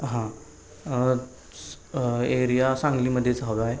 हां स् एरिया सांगलीमध्येच हवं आहे